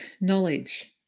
knowledge